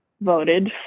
voted